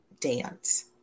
dance